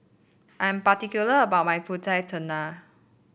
I am particular about my pulut tatal